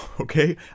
Okay